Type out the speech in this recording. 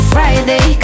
Friday